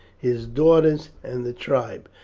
his daughters, and the tribe.